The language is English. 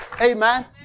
Amen